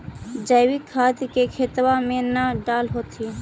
जैवीक खाद के खेतबा मे न डाल होथिं?